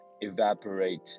evaporate